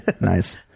Nice